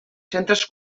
centres